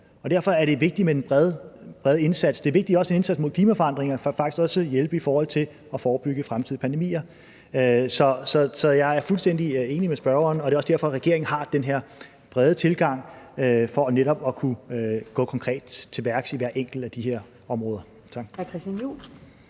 Derfor er det vigtigt med den brede indsats. Det er vigtigt også med en indsats mod klimaforandringer for faktisk også at hjælpe i forhold til at forebygge fremtidige pandemier. Så jeg er fuldstændig enig med spørgeren, og det er også derfor, regeringen har den her brede tilgang for netop at kunne gå konkret til værks på hvert enkelt af de her områder.